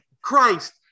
christ